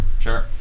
sure